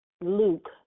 Luke